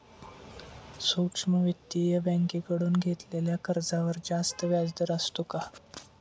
सूक्ष्म वित्तीय बँकेकडून घेतलेल्या कर्जावर जास्त व्याजदर असतो का?